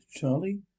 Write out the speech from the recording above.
Charlie